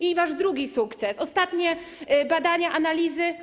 I wasz drugi sukces - ostatnie badania, analizy.